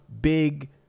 big